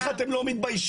איך אתם לא מתביישים?